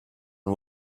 and